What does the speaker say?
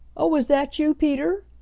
oh, is that you, peter?